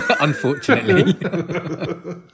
Unfortunately